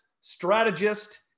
strategist